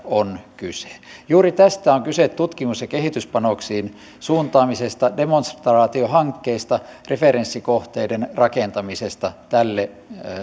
on kyse juuri tästä on kyse tutkimus ja kehityspanoksiin suuntaamisesta demonstraatiohankkeista referenssikohteiden rakentamisesta tälle